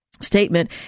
Statement